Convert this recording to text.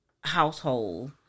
household